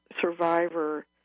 survivor